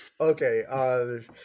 Okay